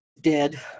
dead